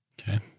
Okay